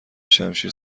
شمشیر